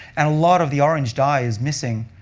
and a lot of the orange dye is missing,